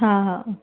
हा हा हा